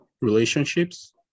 relationships